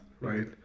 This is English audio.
right